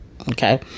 Okay